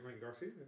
Garcia